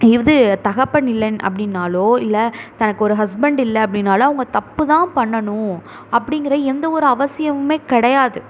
இது தகப்பன் இல்லேன்னு அப்படின்னாலோ இல்லை தனக்கு ஒரு ஹஸ்பெண்ட் அப்படின்னாலோ அவங்க தப்பு தான் பண்ணணும் அப்படிங்கிற எந்தவொரு அவசியமுமே கிடையாது